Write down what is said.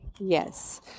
Yes